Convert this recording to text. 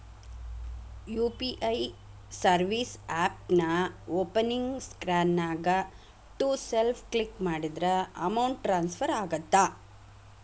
UPI service ಆಪ್ನ್ಯಾಓಪನಿಂಗ್ ಸ್ಕ್ರೇನ್ನ್ಯಾಗ to self click ಮಾಡಿದ್ರ ಅಮೌಂಟ್ ಟ್ರಾನ್ಸ್ಫರ್ ಆಗತ್ತ